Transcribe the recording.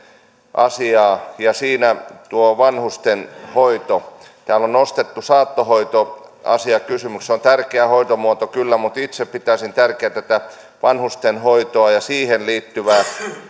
asiaan ja siinä tuohon vanhustenhoitoon täällä on nostettu saattohoitoasia kysymyksessä on tärkeä hoitomuoto kyllä mutta itse pitäisin tärkeänä tätä vanhustenhoitoa ja siihen liittyvää